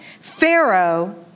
Pharaoh